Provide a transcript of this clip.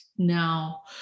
Now